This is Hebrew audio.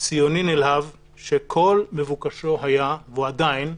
ציוני נלהב שכל מבוקשו היה, והוא עדיין,